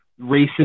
racist